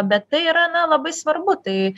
bet tai yra na labai svarbu tai